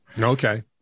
Okay